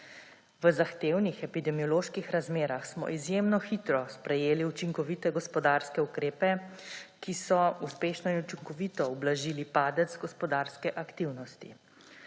V zahtevnih epidemioloških razmerah smo izjemno hitro sprejeli učinkovite gospodarske ukrepe, ki so uspešno in učinkovito ublažili padec gospodarske aktivnosti.